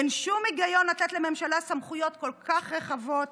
אין שום היגיון לתת לממשלה סמכויות כל כך רחבות